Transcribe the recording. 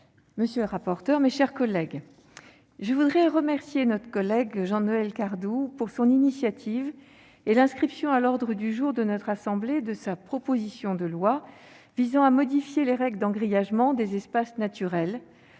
la secrétaire d'État, mes chers collègues, à mon tour, je tiens à remercier notre collègue Jean-Noël Cardoux de son initiative et de l'inscription à l'ordre du jour de notre assemblée de sa proposition de loi visant à modifier les règles d'engrillagement des espaces naturels.